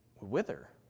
wither